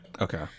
Okay